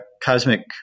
cosmic